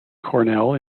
cornell